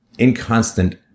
Inconstant